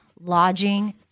lodging